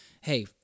hey